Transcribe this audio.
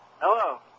Hello